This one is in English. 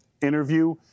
interview